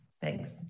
Thanks